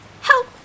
Help